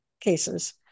cases